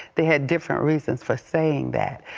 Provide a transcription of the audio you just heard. they had different reasons for saying that.